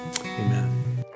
Amen